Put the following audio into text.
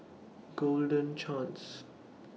Golden Chance